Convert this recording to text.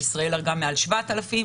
בישראל הרגה מעל 7,000,